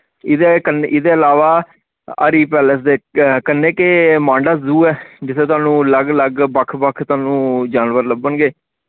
इदे कण इदे इलावा हरी पैलेस दे कन्नै के मांडा जू ऐ जित्थे थोआनू लग्ग लग्ग बक्ख बक्ख थोआनू जानबर लब्बन गे